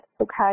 okay